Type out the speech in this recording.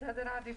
סדרי עדיפות.